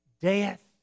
Death